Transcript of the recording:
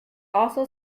also